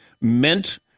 meant